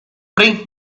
bring